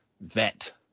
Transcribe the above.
vet